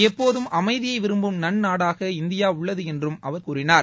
எப்போதும் அமைதியை விரும்பும் நன்னாடாக இந்தியா உள்ளது என்றும் அவர் கூறினார்